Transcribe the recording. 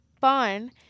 fun